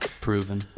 proven